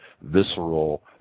visceral